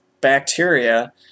bacteria